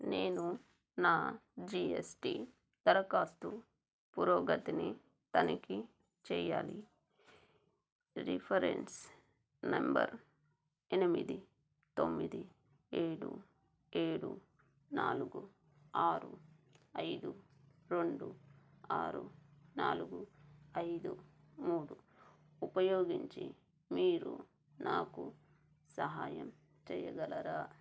నేను నా జీఎస్టీ దరఖాస్తు పురోగతిని తనిఖీ చెయ్యాలి రిఫరెన్స్ నెంబర్ ఎనిమిది తొమ్మిది ఏడు ఏడు నాలుగు ఆరు ఐదు రెండు ఆరు నాలుగు ఐదు మూడు ఉపయోగించి మీరు నాకు సహాయం చెయ్యగలరా